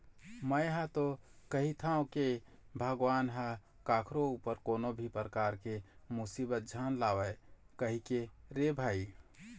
में हा तो कहिथव के भगवान ह कखरो ऊपर कोनो भी परकार के मुसीबत झन लावय कहिके रे भई